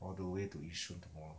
all the way to yishun tomorrow